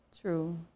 true